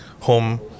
home